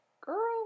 girl